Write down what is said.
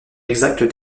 exact